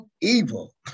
evil